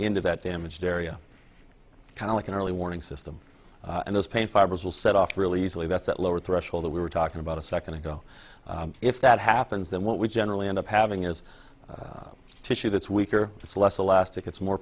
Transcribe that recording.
into that damaged area kind of like an early warning system and those pain fibers will set off really easily that that lower threshold that we were talking about a second ago if that happens then what we generally end up having is tissue that's weaker sless elastic it's more